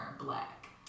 black